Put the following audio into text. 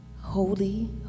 Holy